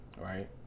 right